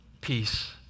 peace